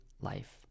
life